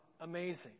amazing